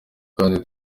kandi